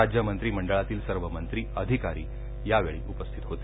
राज्य मंत्रिमंडळातील सर्व मंत्री अधिकारी वर्ग यावेळी उपस्थित होते